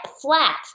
flat